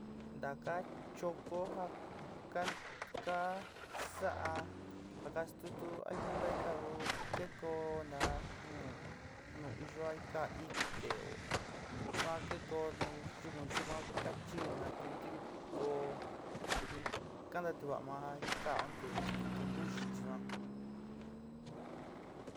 Ntaka chokó ja kan ka sa'a ja ka stutu alimento ka jikaku kenkó na nu nu iyo a ka ikteó suan kikoy yukun yukun ka chiíña te ntivi koó in ka nantuvaá ma ika konte tiempu yichí.